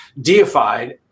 deified